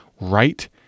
right